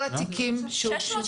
כל התיקים שהוגשו.